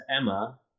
Emma